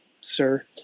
sir